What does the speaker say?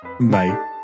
Bye